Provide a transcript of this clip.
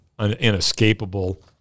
inescapable